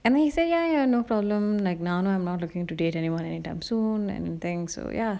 and then he say ya ya no problem like I'm not looking to date anyone any time soon and things so ya